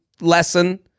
lesson